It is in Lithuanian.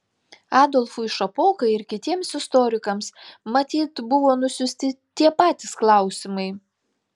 adolfui šapokai ir kitiems istorikams matyt buvo nusiųsti tie patys klausimai